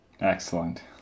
Excellent